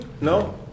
No